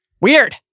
Weird